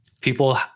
people